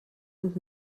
und